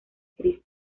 cristo